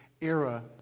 era